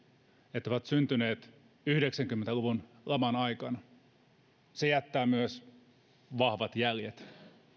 että he ovat syntyneet yhdeksänkymmentä luvun laman aikana ja se jättää myös vahvat jäljet